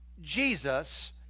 Jesus